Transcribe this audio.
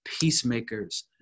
peacemakers